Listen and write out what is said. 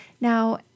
Now